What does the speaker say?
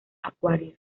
acuarios